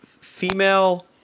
female